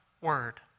word